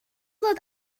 ddod